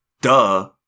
Duh